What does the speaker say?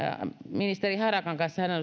ministeri harakan kanssa hän hän